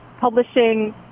publishing